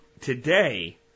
today